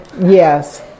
Yes